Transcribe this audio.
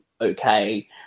okay